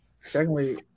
Secondly